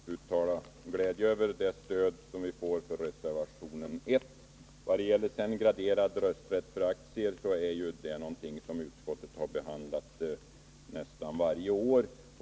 Herr talman! Jag vill uttala min glädje över det stöd som vi får för reservation 1. Graderad rösträtt för aktier är någonting som utskottet har behandlat nästan varje år.